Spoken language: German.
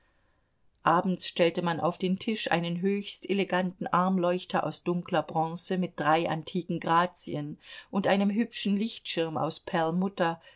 abends stellte man auf den tisch einen höchst eleganten armleuchter aus dunkler bronze mit drei antiken grazien und einem hübschen lichtschirm aus